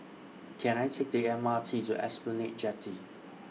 Can I Take The M R T to Esplanade Jetty